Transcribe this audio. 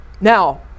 Now